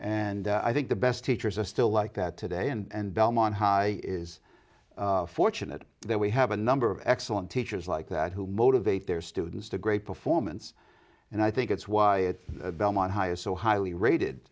and i think the best teachers i still like that today and belmont high is fortunate that we have a number of excellent teachers like that who motivate their students to great performance and i think that's why it's belmont highest so highly rated